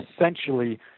essentially